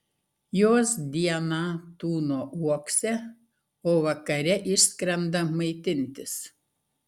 jos dieną tūno uokse o vakare išskrenda maitintis